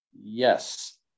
Yes